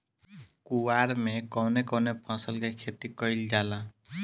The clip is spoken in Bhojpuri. कुवार में कवने कवने फसल के खेती कयिल जाला?